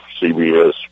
CBS